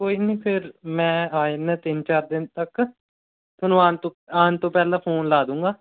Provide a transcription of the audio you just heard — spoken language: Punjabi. ਕੋਈ ਨਹੀਂ ਫਿਰ ਮੈਂ ਆ ਜਾਂਦਾ ਤਿੰਨ ਚਾਰ ਦਿਨ ਤੱਕ ਤੁਹਾਨੂੰ ਆਉਣ ਤੋਂ ਆਉਣ ਤੋਂ ਪਹਿਲਾਂ ਫੋਨ ਲਗਾ ਦੂੰਗਾ